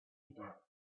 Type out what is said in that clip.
idea